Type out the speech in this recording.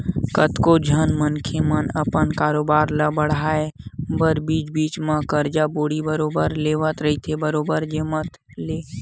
कतको झन मनखे मन ह अपन कारोबार ल बड़हाय बर बीच बीच म करजा बोड़ी बरोबर लेवत रहिथे बरोबर जमत ले